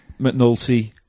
McNulty